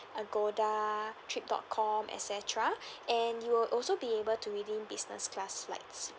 agoda trip dot com et cetera and you will also be able to redeem business class flights